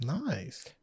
Nice